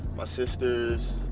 my sisters,